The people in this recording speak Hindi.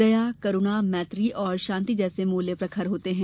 दया करूणा मैत्री और शांति जैसे मुल्य प्रखर होते हैं